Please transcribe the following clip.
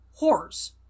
whores